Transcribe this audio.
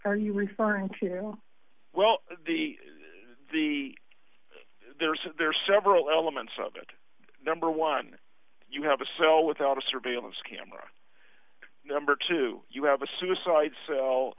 are you referring to well the the there is a there are several elements of it number one you have a cell without a surveillance camera number two you have a suicide cell